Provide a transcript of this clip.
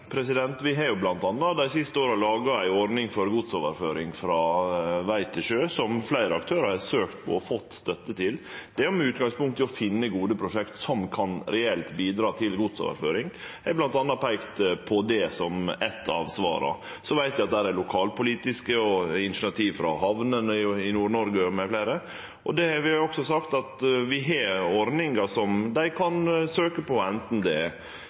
Vi har bl.a. dei siste åra laga ei ordning for godsoverføring frå veg til sjø, som fleire aktørar har søkt på og fått støtte til – med utgangspunkt i å finne gode prosjekt som reelt kan bidra til godsoverføring. Eg har bl.a. peikt på det som eitt av svara. Så veit eg at det er lokalpolitiske initiativ og initiativ frå hamnene i Nord-Noreg, mfl., og der har vi også sagt at vi har ordningar som dei kan søkje på, anten gjennom godsoverføringsordninga eller gjennom andre ordningar, som det